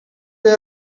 they